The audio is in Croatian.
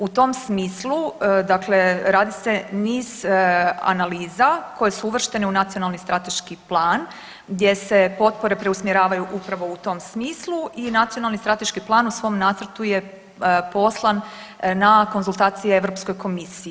U tom smislu dakle radi se niz analiza koje su uvrštene u nacionalni strateški plan gdje se potpore preusmjeravaju upravo u tom smislu i nacionalni strateški plan u svom nacrtu je poslan na konzultacije Europskoj komisiji.